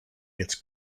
gets